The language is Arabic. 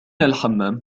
الحمّام